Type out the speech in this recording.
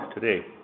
today